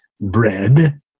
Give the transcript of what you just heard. Bread